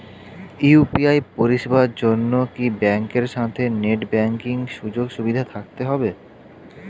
UPI পরিষেবার জন্য কি ব্যাংকের সাথে নেট ব্যাঙ্কিং সুযোগ সুবিধা থাকতে হবে?